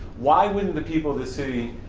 why wouldn't the people of this city,